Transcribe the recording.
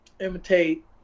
imitate